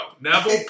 Neville